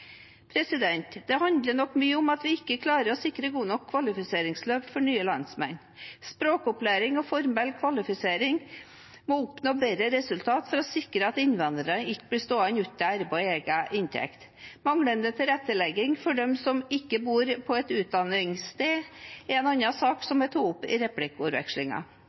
handler nok mye om at vi ikke klarer å sikre gode nok kvalifiseringsløp for nye landsmenn. Språkopplæring og formell kvalifisering må oppnå bedre resultater for å sikre at innvandrere ikke blir stående uten arbeid og egen inntekt. Manglende tilrettelegging for dem som ikke bor på et utdanningssted, er en annen sak som jeg tok opp i